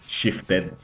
shifted